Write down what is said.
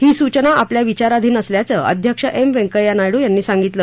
ही सूचना आपल्या विचाराधीन असल्याचं अध्यक्ष एम वेंकय्या नायडू यांनी सांगितलं